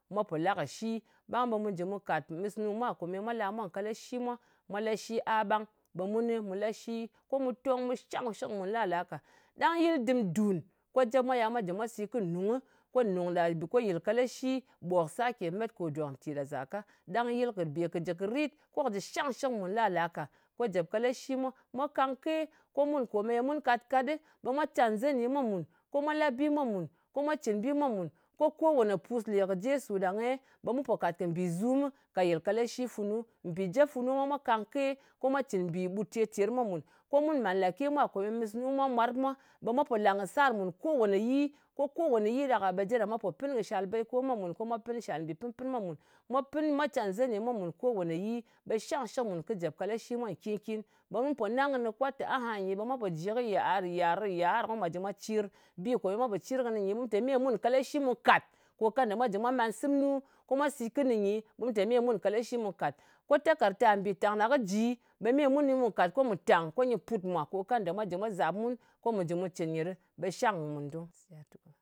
Mwa pò la kɨ shi. Ɓang ɓe mu jɨ mu kàt mɨsnu mwa, kòmeye mwa la mwa nkalashi mwa, mwa lashi a ɓang. Ko mu tong ɓe shangshɨk mun lalāka. Ɗang yɨl dɨm dùn. Jep mwa yal mwa sīt kɨ nungɨ. Ko nùng ɗa ko yɨl kalashi ɓok sake met ko kò dòk nti ɗa zàka. Ɗang yɨl kɨ bè kɨ jɨ kɨ rit, ko kɨ̀ jɨ shangshɨk mùn lalāka. Ko jèp kalashi mwa kangke, ko mun kòmeye mun kat-kat ɗɨ, ɓe mwa can zeni mwa mùn. Ko mwa la bi mwa mùn, ko mwa cɨn bi mwa mùn. Ko ko wane pus lè kɨ jesu ɗang-e ɓe mu pò kàt kɨ mbìzumɨ ka yɨl kalashi funu. Mpì jep funu mwa mwa kangke ko mwa cɨn mbì ɓut ter-ter mwa mùn. Ko mun màl nlàke mwa kò ye mɨsnu mwa mwarɓ mwa, ɓe mwa pò làngkɨsar mùn ko wane yi. Ko ko wane yi ɗak-a ɓe je ɗa mwa po pɨn kɨ shal baiko mwa mùn. Ko mwa pɨn shàl mbì pɨn-pɨn mwa mùn. Mwa pɨn, mwa can zani mwa mùn ko wane yi, ɓe shangshɨk mùn kɨ̀ jèp kalashi mwa nkin-kin. Ko mu po nang kɨnɨ kwat, te ahanyi ɓe mwa po ji kɨ yiar, yiàr, yiar ko mwa jɨ mwa cir bi komeye mwa pò cir kɨnɨ nyi, mun te me mun kalashi kàt, kò kòmè mwà jɨ mwa màn sɨmnu ko mwa sīt kɨnɨ nyi, ɓe mù te me mun nkalashi mu kat, ko takàrta mbìtàng ɗa kɨ ji, ɓe me mun kɨni mu kàt, ko mù tàng, ko nyɨ pùt mwa, ko kanda mwa jɨ mwa zàb mun ko mujɨ mu cɨn nyɨ ɗɨ, ɓe shang mùn dung.